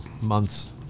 months